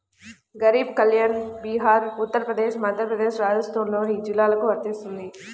గరీబ్ కళ్యాణ్ బీహార్, ఉత్తరప్రదేశ్, మధ్యప్రదేశ్, రాజస్థాన్లోని జిల్లాలకు వర్తిస్తుంది